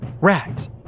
rags